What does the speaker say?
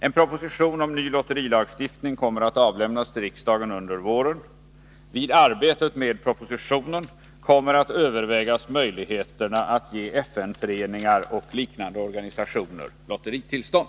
En proposition om ny lotterilagstiftning kommer att avlämnas till riksdagen under våren. Vid arbetet med propositionen kommer att övervägas möjligheterna att ge FN-föreningar och liknande organisationer lotteritillstånd.